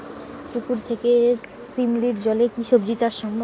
পুকুর থেকে শিমলির জলে কি সবজি চাষ সম্ভব?